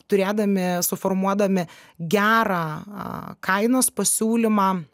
turėdami suformuodami gerą kainos pasiūlymą